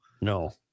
No